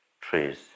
trees